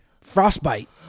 Frostbite